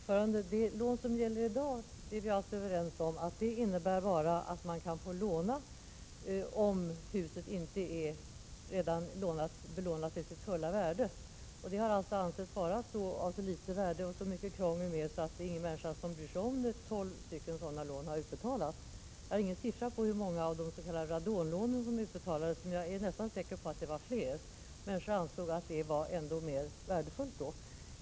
Herr talman! Vi är överens om att de regler som gäller i dag bara innebär att man kan få lån om huset inte redan är belånat till sitt fulla värde. De flesta människor anser att detta är så krångligt och att lånet är av så litet värde att det inte är någon idé att söka detta lån. Hittills har tolv sådana lån utbetalats. Jag vet inte hur många s.k. radonlån som utbetalades, men jag är nästan säker på att det var fler. Människor ansåg att dessa lån var mer värdefulla.